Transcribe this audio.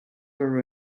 her